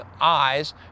eyes